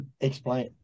explain